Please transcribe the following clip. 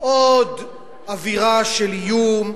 עוד אווירה של איום,